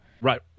right